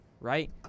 Right